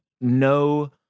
no